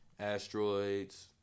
asteroids